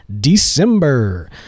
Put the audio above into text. December